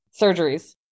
surgeries